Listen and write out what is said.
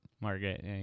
Margaret